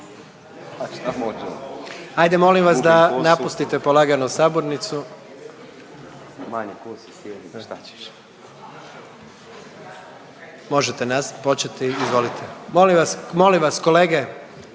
interes. Ajde molim vas da napustite polagano sabornicu. Možete početi izvolite. Molim vas, molim